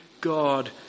God